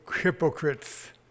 hypocrites